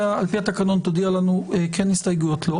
אתה על פי התקנון תודיע לנו כן על ההסתייגויות או לא.